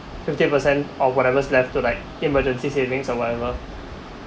fifty percent or whatever's left to like emergency savings or whatever